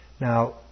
Now